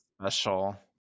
special